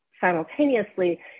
simultaneously